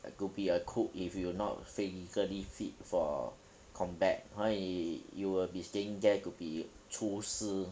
could be a cook if you not physically fit for combat 所以 you will be staying there to be 厨师